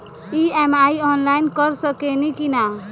EMI online कर सकेनी की ना?